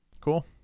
Cool